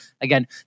Again